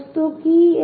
প্রস্থ কী